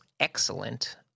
Excellent